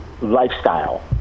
lifestyle